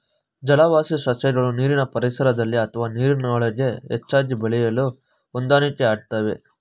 ಜಲವಾಸಿ ಸಸ್ಯಗಳು ನೀರಿನ ಪರಿಸರದಲ್ಲಿ ಅಥವಾ ನೀರಿನೊಳಗೆ ಹೆಚ್ಚಾಗಿ ಬೆಳೆಯಲು ಹೊಂದಾಣಿಕೆಯಾಗ್ತವೆ